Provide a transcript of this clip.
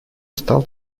стал